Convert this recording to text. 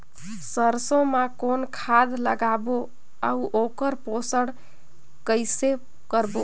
सरसो मा कौन खाद लगाबो अउ ओकर पोषण कइसे करबो?